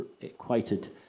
equated